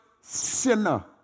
sinner